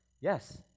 Yes